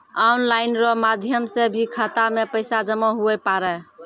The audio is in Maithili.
ऑनलाइन रो माध्यम से भी खाता मे पैसा जमा हुवै पारै